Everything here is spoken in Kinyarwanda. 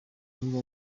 niba